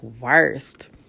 worst